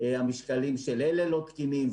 המשקלים של אלה לא תקינים,